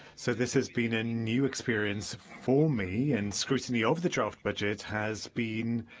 so this has been a new experience for me, and scrutiny of the draft budget has been